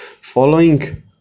following